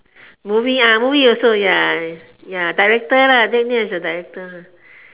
movie ah movie also ya ya director lah as a director